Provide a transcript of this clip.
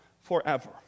forever